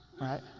right